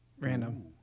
Random